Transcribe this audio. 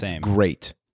great